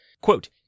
Quote